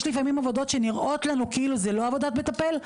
יש לפעמים עבודות שנראים לנו שהיא לא עבודת מטפל,